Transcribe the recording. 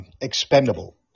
Expendable